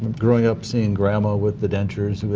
growing up seeing grandma with the dentures,